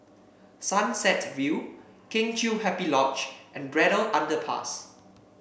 Sunset View Kheng Chiu Happy Lodge and Braddell Underpass